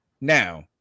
Now